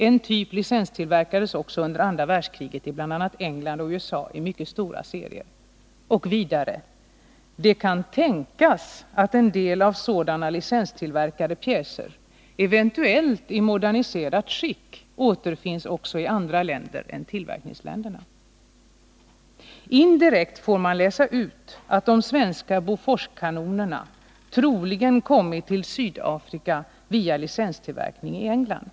En typ licenstillverkades också under andra världskriget i bl.a. England och USA i mycket stora serier.” Och vidare: ”Det kan tänkas att en del av sådana licenstillverkade pjäser eventuellt i moderniserat skick återfinns också i andra länder än tillverkningsländerna.” Indirekt får man läsa ut att de svenska Boforskanonerna troligen kommit till Sydafrika via licenstillverkning i England.